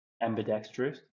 ambidextrous